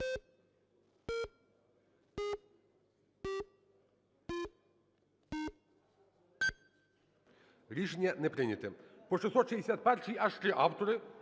Рішення не прийнято. По 661-й аж три автори.